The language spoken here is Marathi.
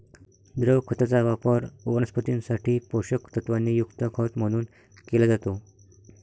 द्रव खताचा वापर वनस्पतीं साठी पोषक तत्वांनी युक्त खत म्हणून केला जातो